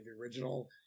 original